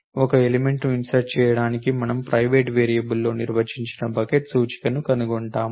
ఒక ఎలిమెంట్ ను ఇన్సర్ట్ చేయడానికి మనము ప్రైవేట్ వేరియబుల్లో నిర్వచించిన బకెట్ సూచికను కనుగొంటాము